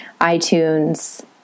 iTunes